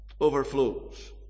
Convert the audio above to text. overflows